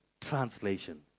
Translation